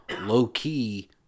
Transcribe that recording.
low-key